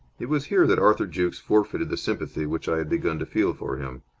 it was here that arthur jukes forfeited the sympathy which i had begun to feel for him.